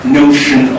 notion